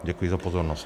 Děkuji za pozornost.